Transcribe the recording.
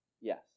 Yes